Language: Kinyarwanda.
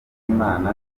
z’imana